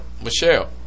Michelle